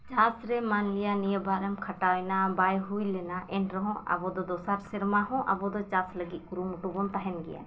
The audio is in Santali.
ᱪᱟᱥᱨᱮ ᱢᱟᱱᱞᱤᱭᱟ ᱱᱤᱭᱟ ᱵᱟᱨᱮᱢ ᱠᱷᱟᱴᱟᱣᱮᱱᱟ ᱵᱟᱭ ᱦᱩᱭ ᱞᱮᱱᱟ ᱮᱱᱨᱮᱦᱚᱸ ᱟᱵᱚᱫᱚ ᱫᱚᱥᱟᱨ ᱥᱮᱨᱢᱟᱦᱚᱸ ᱟᱵᱚᱫᱚ ᱪᱟᱥ ᱞᱟᱹᱜᱤᱫ ᱠᱩᱨᱩᱢᱩᱴᱩ ᱵᱚᱱ ᱛᱟᱦᱮᱱ ᱜᱮᱭᱟ